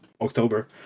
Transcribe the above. October